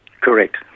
Correct